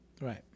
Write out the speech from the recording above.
Right